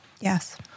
Yes